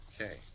Okay